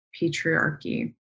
patriarchy